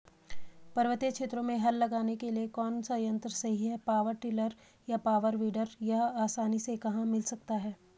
पर्वतीय क्षेत्रों में हल लगाने के लिए कौन सा यन्त्र सही है पावर टिलर या पावर वीडर यह आसानी से कहाँ मिल सकता है?